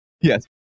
Yes